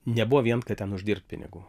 nebuvo vien kad ten uždirbt pinigų